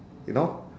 you know